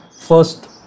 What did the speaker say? first